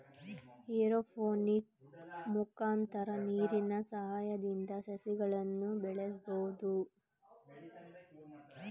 aeroponic ಮುಖಾಂತರ ನೀರಿನ ಸಹಾಯದಿಂದ ಸಸಿಗಳನ್ನು ಬೆಳಸ್ಬೋದು